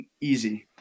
easy